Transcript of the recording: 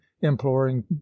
imploring